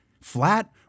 flat